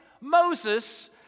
Moses